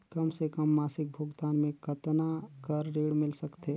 कम से कम मासिक भुगतान मे कतना कर ऋण मिल सकथे?